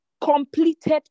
completed